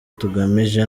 tugamije